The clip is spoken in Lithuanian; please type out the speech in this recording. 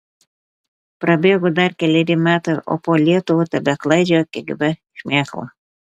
prabėgo dar keleri metai o po lietuvą tebeklaidžioja kgb šmėkla